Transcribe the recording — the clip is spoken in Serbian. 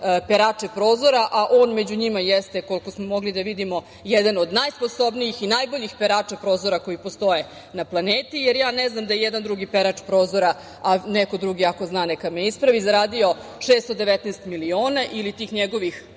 perače prozora, a on među njima jeste, koliko smo mogli da vidimo, jedan od najsposobnijih i najboljih perača prozora koji postoje na planeti. Ja ne znam da ijedan drugi perač prozora, a neko drugi ako zna, neka me ispravi, je zaradio 619 miliona iliti tih njegovih